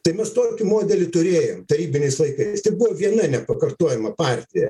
tai mes tokį modelį turėjom tarybiniais laikais tai buvo viena nepakartojama partija